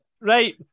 Right